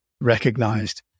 recognized